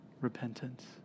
repentance